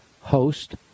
host